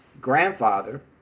grandfather